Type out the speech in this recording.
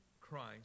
Christ